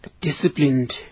disciplined